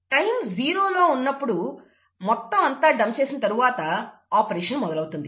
time జీరోలో ఉన్నప్పుడు మొత్తం అంతా డంప్ చేసిన తరువాత ఆపరేషన్ మొదలవుతుంది